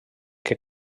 que